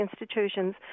institutions